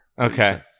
Okay